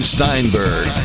Steinberg